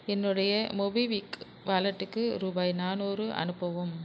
என்னுடைய மோபிவிக் வாலெட்டுக்கு ரூபாய் நானூறு அனுப்பவும்